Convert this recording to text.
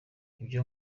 ibyo